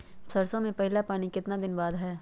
सरसों में पहला पानी कितने दिन बाद है?